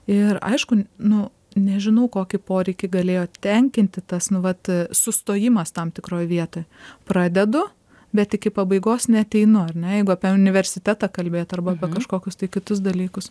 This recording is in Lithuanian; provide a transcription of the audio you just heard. ir aišku n nu nežinau kokį poreikį galėjo tenkinti tas nu vat sustojimas tam tikroj vietoj pradedu bet iki pabaigos neateinu ane jeigu apie universitetą kalbėt arba apie kažkokius tai kitus dalykus